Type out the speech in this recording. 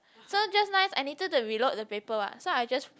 so just nice I needed to reload the paper what so I just